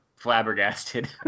flabbergasted